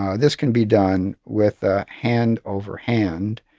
ah this can be done with a hand-over-hand